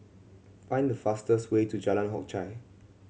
find the fastest way to Jalan Hock Chye